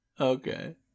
Okay